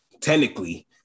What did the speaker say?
Technically